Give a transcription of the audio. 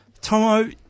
Tomo